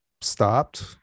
stopped